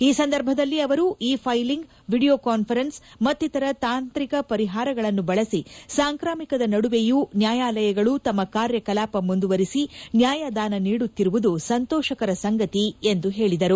ಈ ಸಂದರ್ಭದಲ್ಲಿ ಅವರು ಇ ಫೈಲಿಂಗ್ ವಿಡಿಯೋ ಕಾನ್ವರೆನ್ಸ್ ಮತ್ತಿತರ ತಾಂತ್ರಿಕ ಪರಿಹಾರಗಳನ್ನು ಬಳಸಿ ಸಾಂಕ್ರಾಮಿಕದ ನಡುವೆಯೂ ನ್ಯಾಯಾಲಯಗಳು ತಮ್ಮ ಕಾರ್ಯಕಲಾಪ ಮುಂದುವರೆಸಿ ನ್ಯಾಯದಾನ ನೀಡುತ್ತಿರುವುದು ಸಂತೋಷಕರ ಸಂಗತಿ ಎಂದು ಹೇಳಿದರು